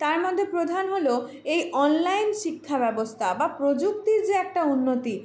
তার মধ্যে প্রধান হলো এই অনলাইন শিক্ষাব্যবস্তা বা প্রযুক্তির যে একটা উন্নতি